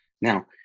Now